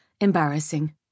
embarrassing